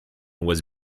was